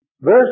Verse